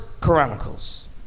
Chronicles